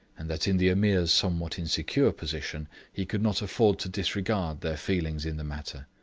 and that in the ameer's somewhat insecure position he could not afford to disregard their feelings in the matter.